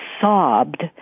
sobbed